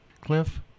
Cliff